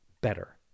better